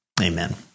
Amen